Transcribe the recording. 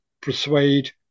persuade